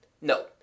No